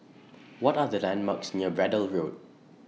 What Are The landmarks near Braddell Road